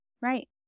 Right